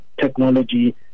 technology